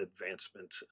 advancement